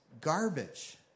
garbage